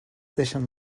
deixen